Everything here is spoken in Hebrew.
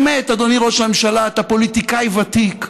באמת, אדוני ראש הממשלה, אתה פוליטיקאי ותיק.